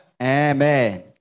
Amen